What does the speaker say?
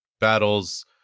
battles